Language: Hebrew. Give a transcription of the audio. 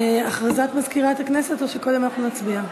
הודעת מזכירת הכנסת, או שקודם אנחנו נצביע?